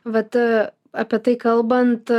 vat apie tai kalbant